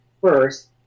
first